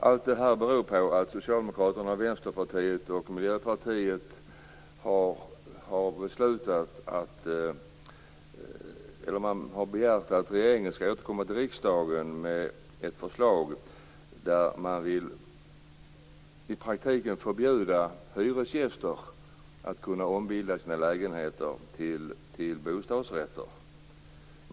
Allt detta beror på att Socialdemokraterna, Vänsterpartiet och Miljöpartiet har begärt att regeringen skall återkomma till riksdagen med ett förslag om att i praktiken förbjuda hyresgäster att ombilda sina lägenheter till bostadsrätter.